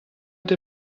der